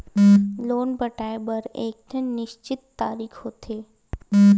loan पटाए बर एकठन निस्चित तारीख होथे